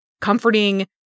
Comforting